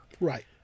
Right